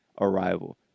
Arrival